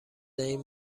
این